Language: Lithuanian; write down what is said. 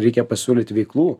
reikia pasiūlyt veiklų